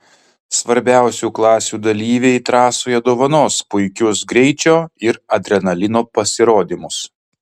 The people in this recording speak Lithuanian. svarbiausių klasių dalyviai trasoje dovanos puikius greičio ir adrenalino pasirodymus